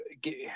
get –